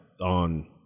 on